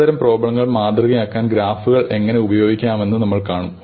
ചിലതരം പ്രോബ്ലങ്ങൾ മാതൃകയാക്കാൻ ഗ്രാഫുകൾ എങ്ങനെ ഉപയോഗിക്കാമെന്ന് നമ്മൾ കാണും